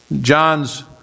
John's